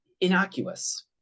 innocuous